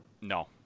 No